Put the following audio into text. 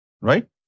right